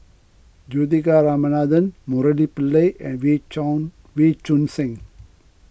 Juthika Ramanathan Murali Pillai and Wee Wee Choon Seng